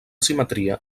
simetria